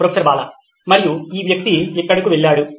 professor Bala మరియు ఈ వ్యక్తి ఇక్కడకు వెళ్తాడు